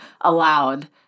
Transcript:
allowed